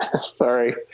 Sorry